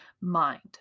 mind